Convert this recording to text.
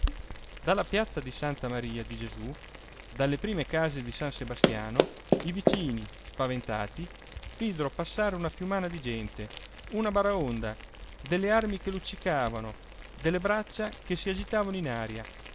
dalla piazza di santa maria di gesù dalle prime case di san sebastiano i vicini spaventati videro passare una fiumana di gente una baraonda delle armi che luccicavano delle braccia che si agitavano in aria